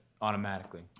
automatically